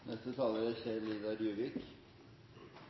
Neste taler er